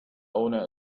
owner